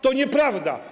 To nieprawda.